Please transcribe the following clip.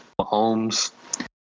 Mahomes